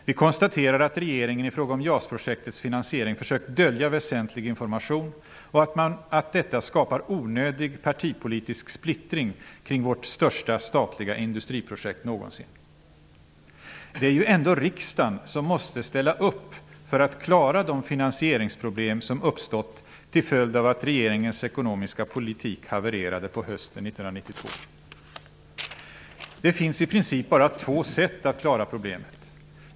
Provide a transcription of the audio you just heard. Vi konstaterar att regeringen i fråga om JAS projektets finansering har försökt dölja väsentlig information och att detta skapar onödig partipolitisk splittring kring vårt största statliga industriprojekt någonsin. Det är ju ändå riksdagen som måste ställa upp för att man skall klara av de finansieringsproblem som har uppstått till följd av att regeringens ekonomiska politik havererade på hösten 1992. Det finns i princip bara två sätt att klara av problemet.